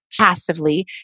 passively